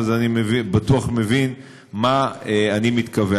אתה בטוח מבין מה אני מתכוון.